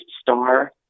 Star